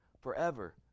forever